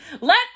Let